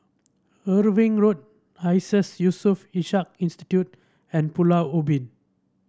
Irving Road Iseas Yusof Ishak Institute and Pulau Ubin